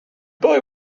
boy